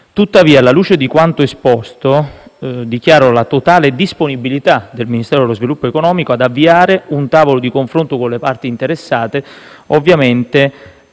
Tuttavia, alla luce di quanto esposto, dichiaro la totale disponibilità del Ministero dello sviluppo economico ad avviare un tavolo di confronto con le parti interessate, ovviamente